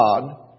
God